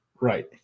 Right